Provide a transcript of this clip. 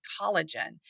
collagen